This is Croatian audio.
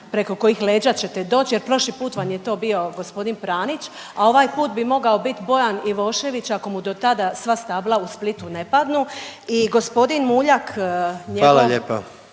preko kojih leđa ćete doći jer prošli put vam je to bio g. Pranić, a ovaj put bi mogao biti Bojan Ivošević, ako mu do tada sva stabla u Splitu ne padnu i g. Muljak, njegov